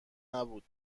نبود